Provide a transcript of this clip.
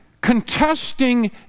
contesting